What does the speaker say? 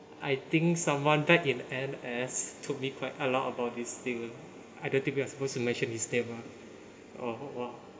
I think someone back in M_S taught me quite a lot about this thing I don't think we're supposed to mention his name ah uh